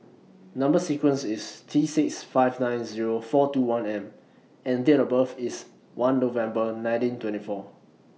Number sequence IS T six five nine Zero four two one M and Date of birth IS one November nineteen twenty four